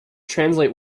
translate